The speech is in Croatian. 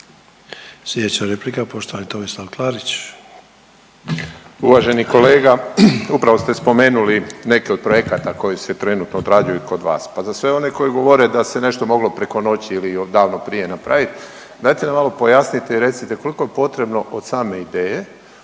Klarić. **Klarić, Tomislav (HDZ)** Uvaženi kolega. Upravo ste spomenuli neke od projekata koji se trenutno odrađuju kod vas, pa za sve one koji govore da se nešto moglo preko noći ili davno prije napravit, dajte mi malo pojasnite i recite koliko je potrebno od same ideje